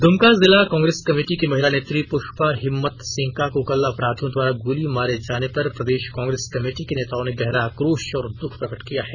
द्मका जिला कांग्रेस कमेटी की महिला नेत्री पुष्पा हिम्मत सिंहका को कल अपराधियों द्वारा गोली मारे जाने पर प्रदेश कांग्रेस कमेटी के नेताओं ने गहरा आक्रोश और दुख प्रकट किया है